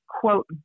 quote